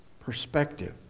perspective